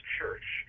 Church